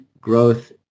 growth